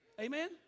Amen